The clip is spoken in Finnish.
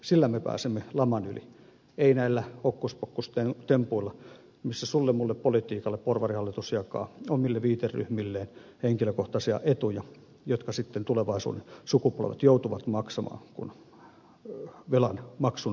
sillä me pääsemme laman yli emme näillä hokkuspokkustempuilla missä sullemulle politiikalla porvarihallitus jakaa omille viiteryhmilleen henkilökohtaisia etuja jotka sitten tulevaisuuden sukupolvet joutuvat maksamaan kun velanmaksun aika tulee